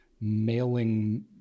mailing